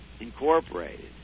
incorporated